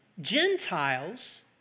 Gentiles